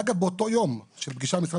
ואגב באותו יום של הפגישה עם משרד